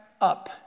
up